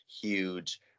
huge